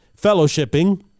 fellowshipping